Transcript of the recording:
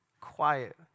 Quiet